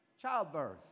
Childbirth